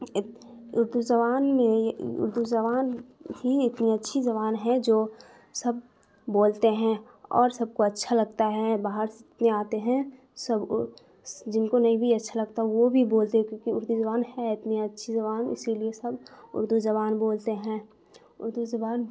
اردو زبان میں اردو زبان ہی اتنی اچھی زبان ہے جو سب بولتے ہیں اور سب کو اچھا لگتا ہے باہر سے جتنے آتے ہیں سب جن کو نہیں بھی اچھا لگتا وہ بھی بولتے ہے کیونکہ اردو زبان ہے اتنی اچھی زبان اسی لیے سب اردو زبان بولتے ہیں اردو زبان